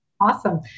Awesome